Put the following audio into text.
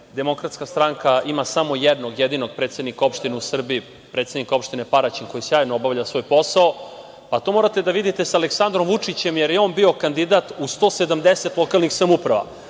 demokratska stranka ima samo jednog, jedinog predsednika opštine u Srbije, predsednika opštine Paraćin, koji sjajno obavlja svoj posao. To morate da vidite sa Aleksandrom Vučićem, jer je on bio kandidat u 170 lokalnim samoupravama